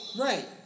Right